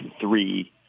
three